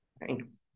Thanks